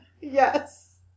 Yes